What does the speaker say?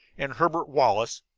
and herbert wallace,